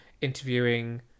interviewing